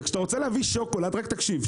וכשאתה רוצה להביא שוקולד רק תקשיב,